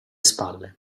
spalle